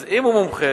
אם הוא מומחה,